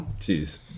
Jeez